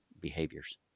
behaviors